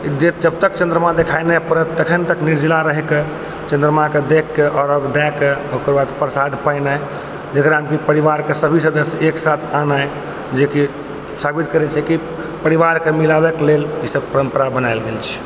जबतक चन्द्रमा देखाइ नहि पड़त तखन तक निर्जला रहिकऽ चन्द्रमाके देख कऽ अर्घ्य दए कऽ ओकर बाद प्रसाद पानि जेकरा कि परिवारके सभी सदस्य एक साथ खेनाइ जेकि साबित करै छै कि परिवारके मिलाबयके लेल ई सब परम्परा बनाएल गेल छै